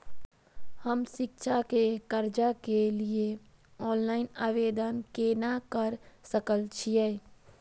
हम शिक्षा के कर्जा के लिय ऑनलाइन आवेदन केना कर सकल छियै?